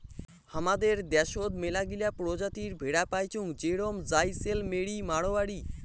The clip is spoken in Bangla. হামাদের দ্যাশোত মেলাগিলা প্রজাতির ভেড়া পাইচুঙ যেরম জাইসেলমেরি, মাড়োয়ারি